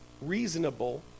reasonable